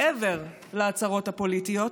מעבר להצהרות הפוליטיות,